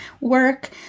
work